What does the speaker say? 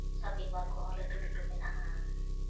shopping ᱢᱚᱞ ᱠᱚᱦᱚᱸ ᱞᱟᱹᱴᱩ ᱞᱟᱹᱴᱩ ᱢᱮᱱᱟᱜᱼᱟ